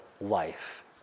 life